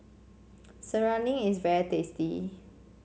serunding is very tasty